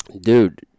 Dude